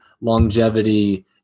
longevity